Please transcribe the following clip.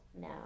No